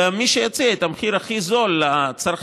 ומי שיציע את המחיר הכי נמוך לצרכן,